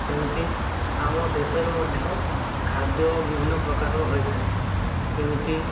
ସେମିତି ଆମ ଦେଶରେ ମଧ୍ୟ ଖାଦ୍ୟ ବିଭିନ୍ନ ପ୍ରକାରର ହୋଇଥାଏ ଯେମିତି